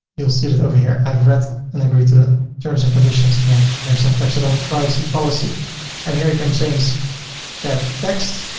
you'll see that over here. i've read and agree to the terms and conditions. and then here's some texts about the privacy policy and here you can change that text,